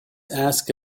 ask